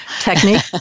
technique